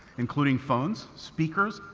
including phones, speakers,